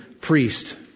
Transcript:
priest